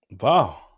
Wow